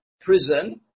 prison